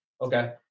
okay